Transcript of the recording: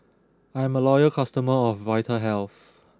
I'm a loyal customer of Vitahealth